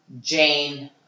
Jane